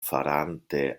farante